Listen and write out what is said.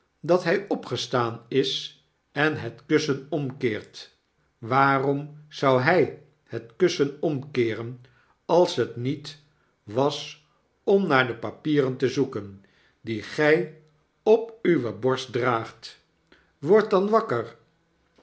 dat hy opgestaan is en het kussen omkeert waarom zou hy het kussen omkeeren als het niet was om naar de papieren te zoeken die gij op uwe borst draagt word dan wakker